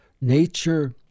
nature